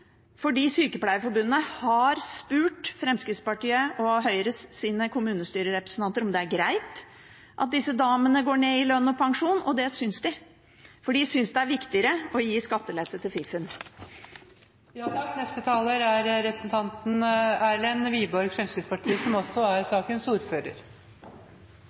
Sykepleierforbundet har spurt Fremskrittspartiets og Høyres kommunestyrerepresentanter om det er greit at disse damene går ned i lønn og pensjon, og det synes de. For de synes det er viktigere å gi skattelette til fiffen. Det var det siste innlegget til representanten